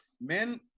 Men